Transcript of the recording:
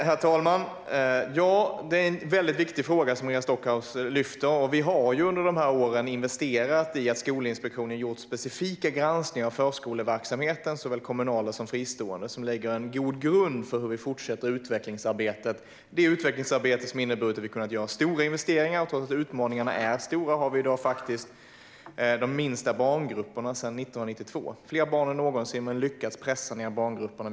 Herr talman! Det är en väldigt viktig fråga som Maria Stockhaus lyfter fram. Vi har under åren investerat i att Skolinspektionen gjort specifika granskningar av såväl den kommunala som den fristående förskoleverksamheten. Dessa granskningar lägger en god grund för hur vi fortsätter utvecklingsarbetet. Det utvecklingsarbetet har inneburit att vi har kunnat göra stora investeringar. Trots att utmaningarna är stora har vi i dag de minsta barngrupperna sedan 1992. Det är fler barn än någonsin, men vi har lyckats pressa ned storleken på barngrupperna.